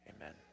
Amen